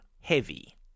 heavy